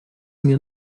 mir